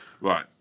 Right